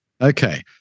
Okay